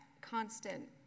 constant